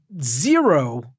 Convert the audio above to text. zero